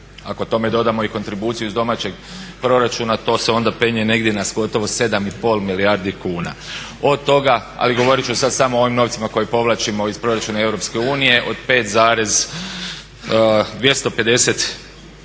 Ako tome dodamo i kontribuciju iz domaćeg proračuna to se onda penje negdje na gotovo 7,5 milijardi kuna. Od toga, ali govorit ću sad samo o ovim novcima koje povlačimo iz proračuna EU od 5,250